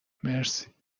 مرسی